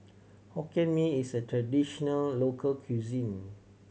Hokkien Mee is a traditional local cuisine